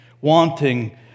wanting